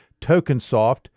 TokenSoft